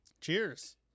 Cheers